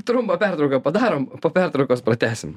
trumpą pertrauką padarom po pertraukos pratęsim